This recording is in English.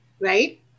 right